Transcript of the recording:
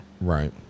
Right